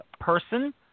person